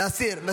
לכן אנחנו